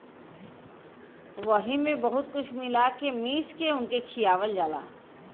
वही मे बहुत कुछ मिला के मीस के उनके खियावल जाला